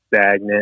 stagnant